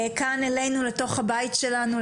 כאן אלינו לתוך הבית שלנו,